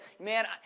man